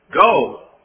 go